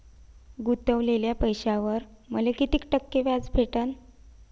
गुतवलेल्या पैशावर मले कितीक टक्के व्याज भेटन?